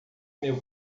meu